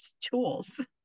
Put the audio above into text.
tools